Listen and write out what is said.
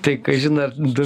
tai kažin ar du